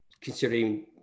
considering